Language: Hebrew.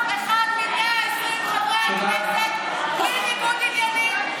אחד מ-120 חברי הכנסת בלי ניגוד עניינים,